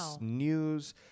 News